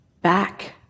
back